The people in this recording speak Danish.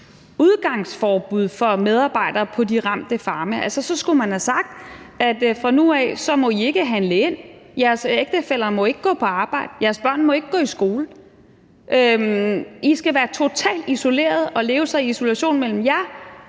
udgangsforbud for medarbejdere på de ramte farme. Så skulle man have sagt: Fra nu af må I ikke handle ind; jeres ægtefæller må ikke gå på arbejde; jeres børn må ikke gå i skole; I skal være totalt isolerede, og I og minkbesætningen